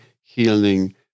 healing